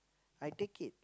I take it